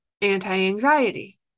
anti-anxiety